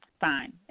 fine